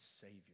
Savior